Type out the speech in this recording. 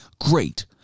great